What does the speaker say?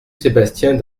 sébastien